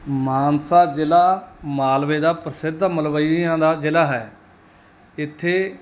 ਮਾਨਸਾ ਜ਼ਿਲ੍ਹਾ ਮਾਲਵੇ ਦਾ ਪ੍ਰਸਿੱਧ ਮਲਵਈਆਂ ਦਾ ਜ਼ਿਲ੍ਹਾ ਹੈ ਇੱਥੇ